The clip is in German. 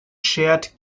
shared